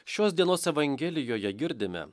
šios dienos evangelijoje girdime